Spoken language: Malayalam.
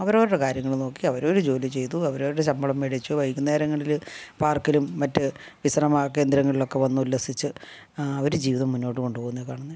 അവരവരുടെ കാര്യങ്ങൾ നോക്കി അവരവർ ജോലി ചെയ്തു അവരവരുടെ ശമ്പളം മേടിച്ചു വൈകുന്നേരങ്ങളിൽ പാർക്കിലും മറ്റ് വിശ്രമ കേന്ദ്രങ്ങളിലുമൊക്കെ വന്ന് ഉല്ലസിച്ച് അവർ ജീവിതം മുന്നോട്ട് കൊണ്ട് പോകുന്നത് കാണുന്നത്